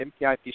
MPIP